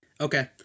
Okay